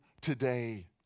today